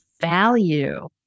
value